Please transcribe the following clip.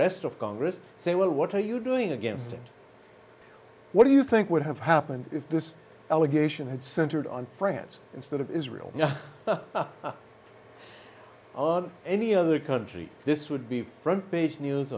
rest of congress say well what are you doing against it what do you think would have happened if this allegation had centered on france instead of israel of any other country this would be front page news